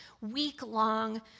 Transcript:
week-long